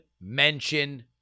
mention